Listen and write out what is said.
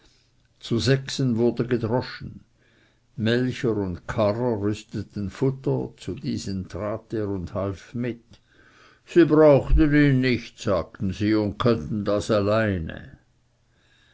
zu sechsen wurde gedroschen melcher und karrer rüsteten futter zu diesen trat er und half mit sie brauchten ihn nicht sagten sie und könnten das alleine